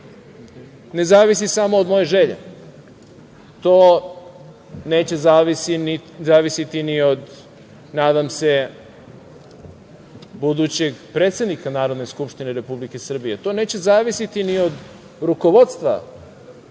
ne zavisi samo od može želje, to neće zavisiti ni od nadam se budućeg predsednika Narodne skupštine Republike Srbije, to neće zavisiti ni od rukovodstva